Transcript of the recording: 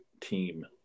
team